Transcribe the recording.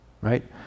Right